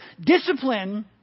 Discipline